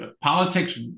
politics